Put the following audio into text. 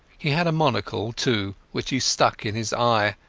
he had a monocle, too, which he stuck in his eye,